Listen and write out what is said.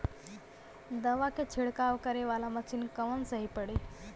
दवा के छिड़काव करे वाला मशीन कवन सही पड़ी?